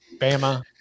Bama